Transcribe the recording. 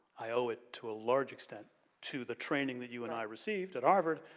i owe it to a large extent to the training that you and i received at harvard,